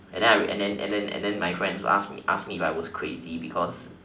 and then I way and then and then and then my friends ask me ask me if I was crazy because